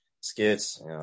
skits